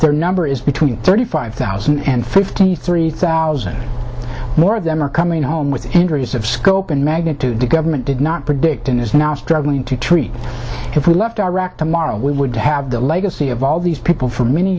thirty number is between thirty five thousand and fifty three thousand or more of them are coming home with injuries of scope and magnitude the government did not predict and is now struggling to treat if we left iraq tomorrow we would have the legacy of all these people for many